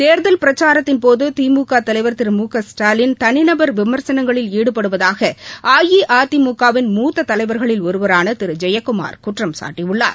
தேர்தல் பிரச்சாரத்தின்போது திமுக தலைவா் திரு மு க ஸ்டாலின் தனிநபா் விமா்சனங்களில் ஈடுபடுவதாக அஇஅதிமுக வின் மூத்த தலைவர்களின் ஒருவரான திரு ஜெயக்குமார் குற்றம் சாட்டியுள்ளார்